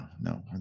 no